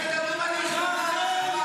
רחל לא הייתה מבקשת את זה ממך.